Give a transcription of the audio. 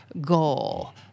goal